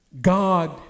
God